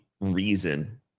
reason